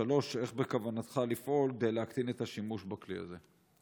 3. איך בכוונתך לפעול כדי להקטין את השימוש בכלי הזה?